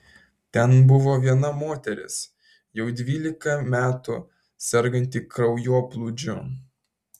ten buvo viena moteris jau dvylika metų serganti kraujoplūdžiu